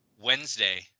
Wednesday